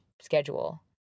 schedule